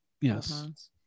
Yes